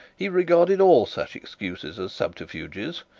he regarded all such excuses as subterfuges,